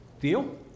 Deal